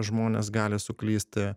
žmonės gali suklysti